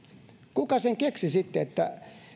kuka sen keksi sitten että